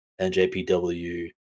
NJPW